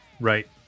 right